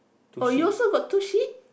oh you also got two sheep